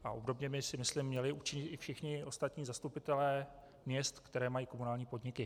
A obdobně by, si myslím, měli učinit i všichni ostatní zastupitelé měst, které mají komunální podniky.